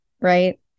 Right